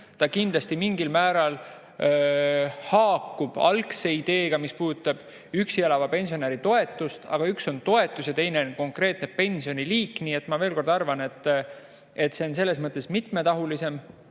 Ta kindlasti mingil määral haakub algse ideega, mis puudutab üksi elava pensionäri toetust, aga üks asi on toetus ja teine on konkreetne pensioniliik. Nii et veel kord: ma arvan, et see on selles mõttes mitmetahulisem. Nii